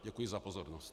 Děkuji za pozornost.